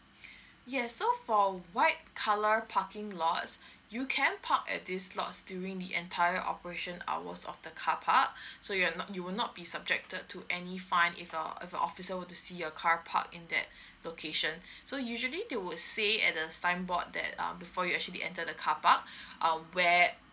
yes so for white colour parking lots you can park at these lots during the entire operation hours of the carpark so you're not you will not be subjected to any fine if a if a officer were to see your car parked in that location so usually they would say at the signboard that um before you actually enter the carpark err where